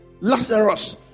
Lazarus